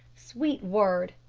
sweet word!